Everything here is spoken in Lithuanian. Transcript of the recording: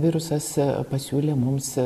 virusas pasiūlė mums